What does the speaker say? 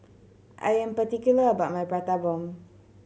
I am particular about my Prata Bomb